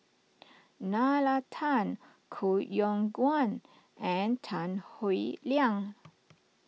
Nalla Tan Koh Yong Guan and Tan Howe Liang